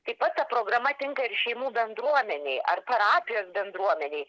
taip pat programa tinka ir šeimų bendruomenei ar parapijos bendruomenei